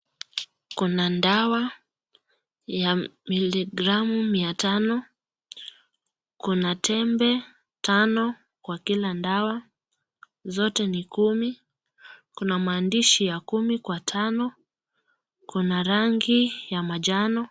Kuna dawa ya miligramu mia tanao, kuna tembe tano kwa kila dawa, zote ni kumi, kuna maandishi ya kumi kwa tano, kuna maandishi ya manjano